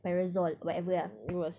parasol whatever lah